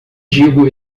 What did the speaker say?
digo